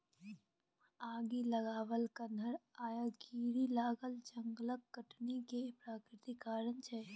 आगि लागब, अन्हर आएब, कीरी लागब जंगलक कटनी केर प्राकृतिक कारण छै